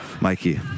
Mikey